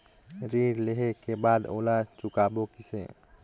ऋण लेहें के बाद ओला चुकाबो किसे?